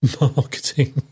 marketing